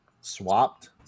swapped